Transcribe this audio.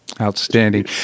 Outstanding